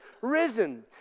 risen